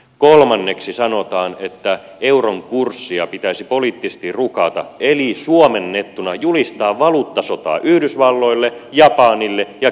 kolmanneksi sanotaan että euron kurssia pitäisi poliittisesti rukata eli suomennettuna julistaa valuuttasota yhdysvalloille japanille ja kiinalle